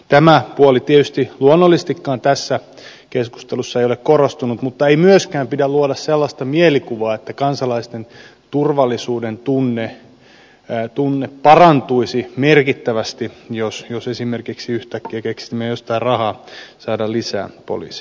tämä puoli tietysti luonnollisestikaan tässä keskustelussa ei ole korostunut mutta ei myöskään pidä luoda sellaista mielikuvaa että kansalaisten turvallisuudentunne parantuisi merkittävästi jos esimerkiksi yhtäkkiä keksisimme jostain rahaa saada lisää poliiseja